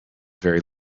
very